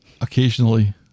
occasionally